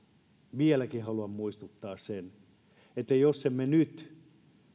vieläkin haluan muistuttaa sen että jos emme nyt